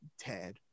Ted